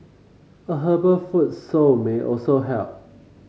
a herbal foot soak may also help